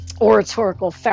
oratorical